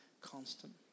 constant